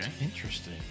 interesting